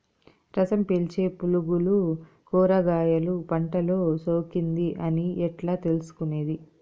రసం పీల్చే పులుగులు కూరగాయలు పంటలో సోకింది అని ఎట్లా తెలుసుకునేది?